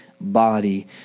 body